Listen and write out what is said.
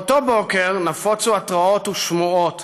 באותו בוקר נפוצו התראות ושמועות